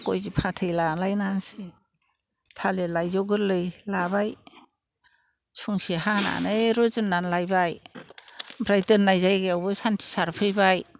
गाय फाथै लालायनानैसो थालिर लाइजौ गोरलै लाबाय संसे हानानै रुजुननानै लायबाय ओमफ्राय दोननाय जायगायावबो सान्थि सारफैबाय